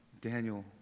Daniel